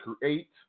create